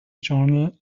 journal